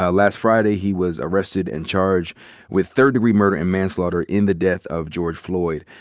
ah last friday, he was arrested and charged with third-degree murder and manslaughter in the death of george floyd.